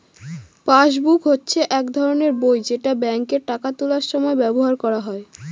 passbook হচ্ছে এক ধরনের বই যেটা ব্যাঙ্কে টাকা তোলার সময় ব্যবহার করা হয়